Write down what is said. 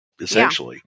Essentially